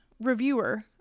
reviewer